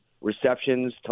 receptions